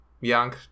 young